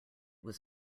was